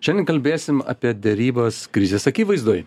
šiandien kalbėsim apie derybas krizės akivaizdoj